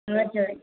हजुर